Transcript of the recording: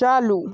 चालू